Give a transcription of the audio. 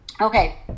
Okay